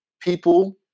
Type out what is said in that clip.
people